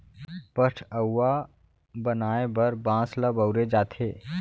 पठअउवा बनाए बर बांस ल बउरे जाथे